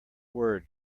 word